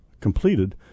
completed